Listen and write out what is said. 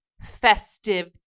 festive